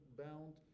bound